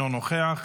אינו נוכח,